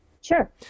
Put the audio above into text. Sure